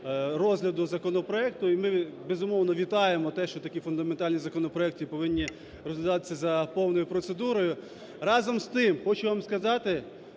розгляду законопроекту. Ми, безумовно, вітаємо те, що такі фундаментальні законопроекти повинні розглядатися за повною процедурою. Разом з тим хочу вам сказати,